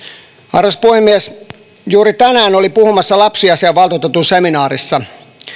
arvoisa puhemies juuri tänään olin puhumassa lapsiasiavaltuutetun seminaarissa